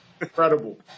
Incredible